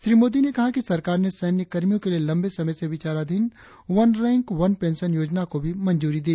श्री मोदी ने कहा कि सरकार ने सैन्य कर्मियों के लिए लंबे समय से विचाराधीन वन रैंक वन पेंशन योजना को भी मंजूरी दी